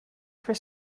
for